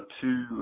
two